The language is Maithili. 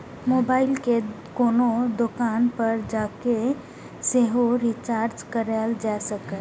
मोबाइल कें कोनो दोकान पर जाके सेहो रिचार्ज कराएल जा सकैए